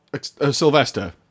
sylvester